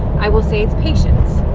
i will say it's patience.